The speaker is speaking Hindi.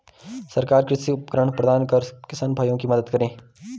सरकार कृषि उपकरण प्रदान कर किसान भाइयों की मदद करें